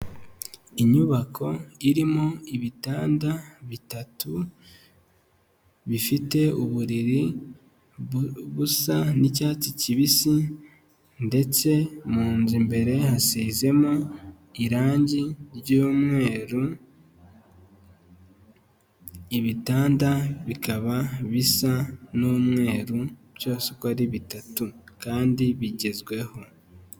Inyubako irimo ibitanda bitatu bifite uburiri busa n'icyatsi kibisi ndetse mu nzu imbere hasizemo irangi ry'umweru, ibitanda bikaba bisa n'umweru byose uko ari bitatu kandi bigezweho.